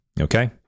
Okay